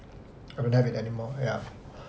I don't have it anymore ya